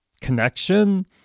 connection